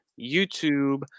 YouTube